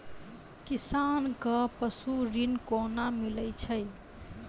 किसान कऽ पसु ऋण कोना मिलै छै?